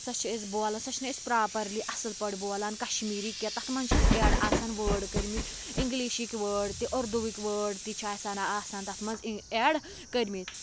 سۄ چھِ أسۍ بولان سۄ چھِنہٕ أسۍ پرٛاپَرلی اصٕل پٲٹھۍ بولان کَشمیٖری کیٚنٛہہ تَتھ مَنٛز چھِ أسۍ ایٚڈ آسان وٲڈ کٔرمٕتۍ اِنٛگلِشٕکۍ وٲڈ تہٕ اردُوِک وٲڈ تہِ چھِ آسان آسان تَتھ مَنٛز ایٚڈ کٔرمٕتۍ